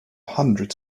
hundreds